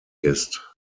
ist